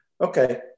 Okay